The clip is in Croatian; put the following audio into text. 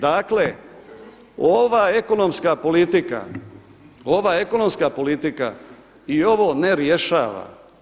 Dakle, ova ekonomska politika, ova ekonomska politika i ovo ne rješava.